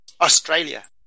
Australia